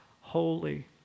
holy